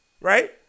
right